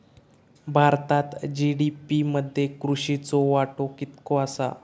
भारतात जी.डी.पी मध्ये कृषीचो वाटो कितको आसा?